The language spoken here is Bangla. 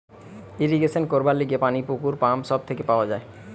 ইরিগেশন করবার লিগে পানি পুকুর, পাম্প সব থেকে পাওয়া যায়